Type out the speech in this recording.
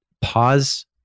pause